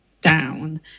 down